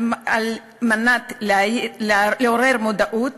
כדי לעורר מודעות